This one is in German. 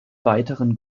weiteren